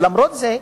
למרות זה,